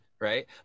right